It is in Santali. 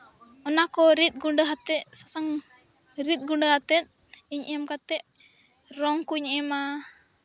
ᱚᱱᱟ ᱠᱚ ᱨᱤᱫ ᱜᱩᱰᱟᱹ ᱟᱛᱮ ᱥᱟᱥᱟᱝ ᱨᱤᱫ ᱜᱩᱰᱟᱹ ᱟᱛᱮ ᱤᱧ ᱮᱢ ᱟᱛᱮ ᱨᱚᱝ ᱠᱚᱧ ᱮᱢᱟ